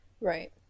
right